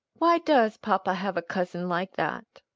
why does papa have a cousin like that?